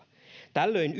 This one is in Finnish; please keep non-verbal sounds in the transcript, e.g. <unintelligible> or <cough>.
tällöin <unintelligible>